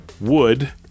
wood